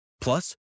Plus